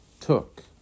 took